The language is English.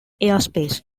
airspace